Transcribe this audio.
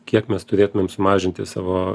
kiek mes turėtumėm sumažinti savo